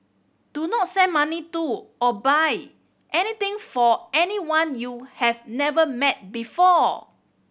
do not send money to or buy anything for anyone you have never met before